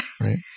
right